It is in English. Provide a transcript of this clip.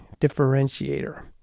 differentiator